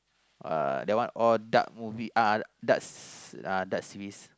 uh that one all dark movie uh dark dark series